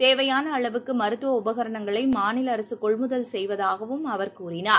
தேவையானஅளவுக்குமருத்துவஉ பகரணங்களைமாநிலஅரசுகொள்முதல் செய்வதாகவும் அவர் குறிப்பிட்டார்